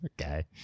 okay